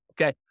okay